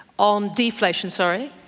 on deflation, sorry,